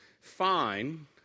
fine